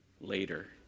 later